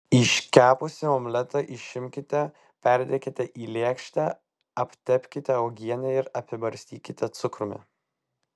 iškepusį omletą išimkite perdėkite į lėkštę aptepkite uogiene ir apibarstykite cukrumi